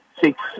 six